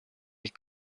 les